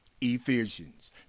Ephesians